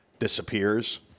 Disappears